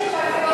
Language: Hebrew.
חבר הכנסת כבל.